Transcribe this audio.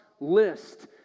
list